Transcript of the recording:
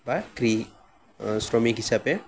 বা কৃ শ্ৰমিক হিচাপে